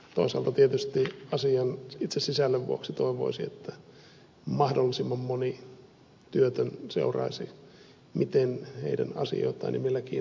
toisaalta tietysti itse asian sisällön vuoksi toivoisi että mahdollisimman moni työtön seuraisi miten heidän asioitaan käsitellään ja millä kiinnostuksella